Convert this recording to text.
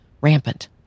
rampant